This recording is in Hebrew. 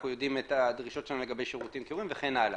אנחנו יודעים את הדרישות לגבי שירותים וכן הלאה.